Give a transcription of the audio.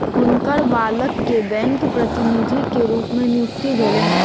हुनकर बालक के बैंक प्रतिनिधि के रूप में नियुक्ति भेलैन